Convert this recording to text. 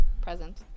Present